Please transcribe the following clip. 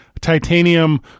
titanium